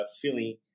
feeling